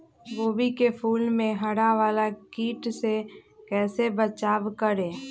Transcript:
गोभी के फूल मे हरा वाला कीट से कैसे बचाब करें?